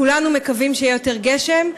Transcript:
כולנו מקווים שיהיה יותר גשם,